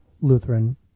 Lutheran